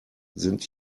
sind